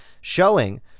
showing